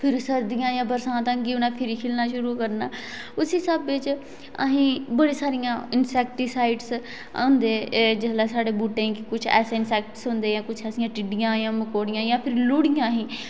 फिर सर्दियां आइयां बरसांत आई उनें फिर खिलना शुरु करना उस्सै स्हाबै च आसेंगी बडियां सारियां इनसेक्टीसाइडस होंदे जेहडे़ साढ़ें बूहटे गी कुछ ऐसे इनसेक्ट होंदे जा कुछ ऐसे टिड्डियां जां मकोडियां जां लुड़ियां ही